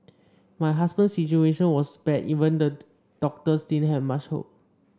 my husband's situation was bad even the doctors didn't have much hope